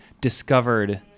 discovered